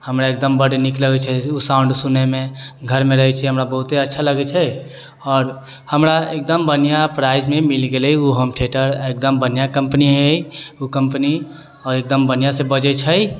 हमरा एकदम बड्ड नीक लगै छै ओ साउण्ड सुनयमे घरमे रहै छिए हमरा बहुते अच्छा लगै छै आओर हमरा एकदम बढ़िआँ प्राइसमे मिलि गेलै ओ होम थिएटर एकदम बढ़िआँ कम्पनी हइ ओ कम्पनी एकदम बढ़िआँसँ बजै छै